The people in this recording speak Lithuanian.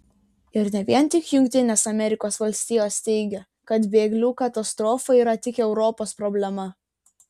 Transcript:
ir ne vien tik jungtinės amerikos valstijos teigia kad bėglių katastrofa yra tik europos problema